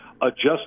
adjust